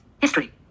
History